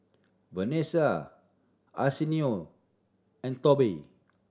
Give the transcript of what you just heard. Vanessa Arsenio and Tobi